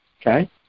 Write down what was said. Okay